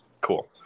Cool